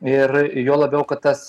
ir juo labiau kad tas